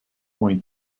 point